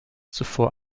zuvor